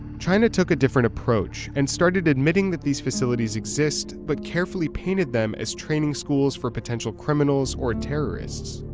china took a different approach and started admitting that these facilities exist, but carefully painted them as training schools for potential criminals or terrorists.